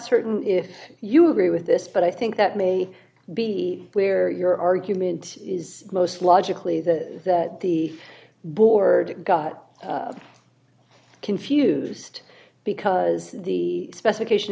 certain if you agree with this but i think that may be where your argument is most logically that the board got confused because the specification